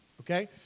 okay